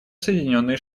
соединенные